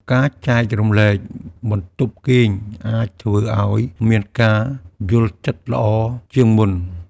ការចែករំលែកបន្ទប់គេងអាចធ្វើឱ្យមានការយល់ចិត្តល្អជាងមុន។